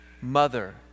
mother